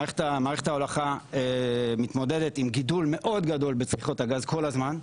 מערכת ההולכה ממתמודדת עם גידול מאוד גדול בצריכת הגז כל הזמן,